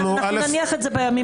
אנחנו נניח את זה בימים הקרובים.